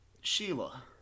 Sheila